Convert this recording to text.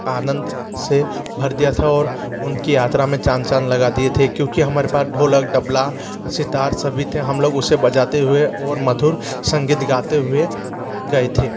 आनंद से भर दिया था और उनकी यात्रा में चार चाँद लगा दिए थे क्योंकि हमारे पास ढोलक तबला सितार सभी थे हम लोग उसे बजाते हुए और मधुर संगीत गाते हुए गए थे